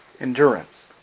endurance